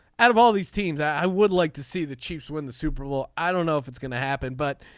out of all these teams i would like to see the chiefs win the super bowl. i don't know if is going to happen but